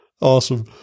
Awesome